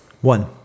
one